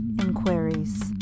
Inquiries